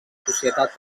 societat